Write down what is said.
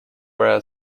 where